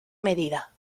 medida